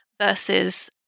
versus